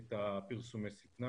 את פרסומי השטנה.